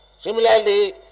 Similarly